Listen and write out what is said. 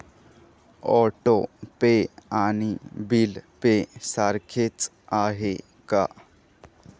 Auto pay आणि bill pay सारखेच आहे का?